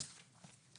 מ-35%.